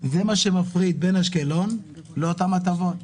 זה מה שמפריד בין אשקלון לבין אותן הטבות.